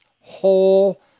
whole